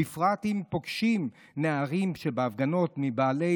בפרט אם פוגשים בהפגנות נערים